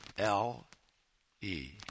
L-E